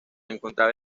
encontraba